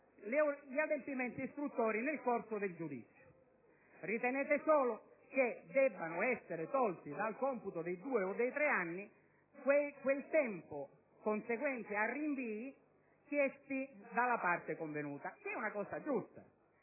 gli adempimenti istruttori nel corso del giudizio. Ritenete solo che debba essere tolto dal computo dei due o dei tre anni e tempo conseguente ai rinvii chiesti dalla parte convenuta, che è una cosa giusta.